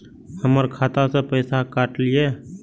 हमर खाता से पैसा काट लिए?